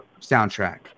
soundtrack